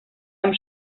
amb